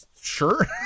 sure